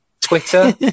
Twitter